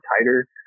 tighter